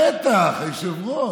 בטח, היושב-ראש,